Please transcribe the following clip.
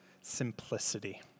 Simplicity